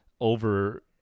over